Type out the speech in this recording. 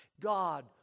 God